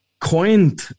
coined